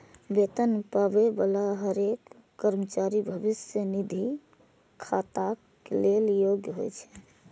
वेतन पाबै बला हरेक कर्मचारी भविष्य निधि खाताक लेल योग्य होइ छै